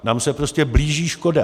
Nám se prostě blíží škoda.